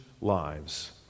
lives